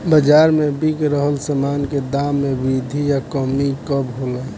बाज़ार में बिक रहल सामान के दाम में वृद्धि या कमी कब होला?